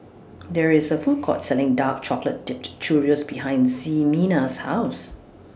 There IS A Food Court Selling Dark Chocolate Dipped Churros behind Ximena's House